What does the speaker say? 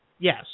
Yes